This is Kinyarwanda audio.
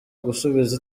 gusubiza